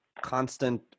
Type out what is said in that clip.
constant